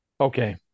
Okay